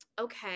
okay